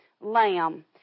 lamb